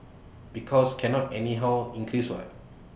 because cannot anyhow increase what